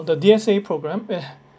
the D_S_A program eh ah